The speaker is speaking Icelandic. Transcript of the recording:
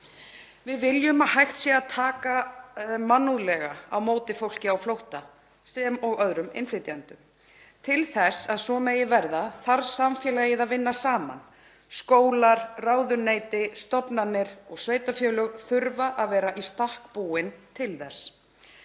Við viljum að hægt sé að taka mannúðlega á móti fólki á flótta sem og öðrum innflytjendum. Til þess að svo megi verða þarf samfélagið að vinna saman. Skólar, ráðuneyti, stofnanir og sveitarfélög þurfa að vera í stakk búin til þess.